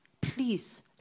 please